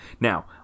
Now